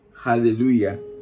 Hallelujah